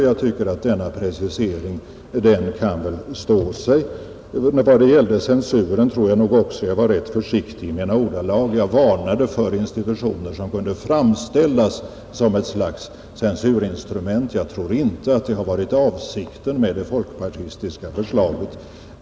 Jag tycker att denna precisering kan stå sig. Vad gäller censuren tror jag också att jag var rätt försiktig i mina ordalag. Jag varnade för institutioner, som kunde framställas som ett slags censurinstrument. Jag tror inte att det har varit avsikten med det folkpartistiska förslaget.